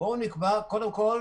נקבע קודם כול